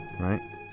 right